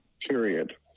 period